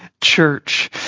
church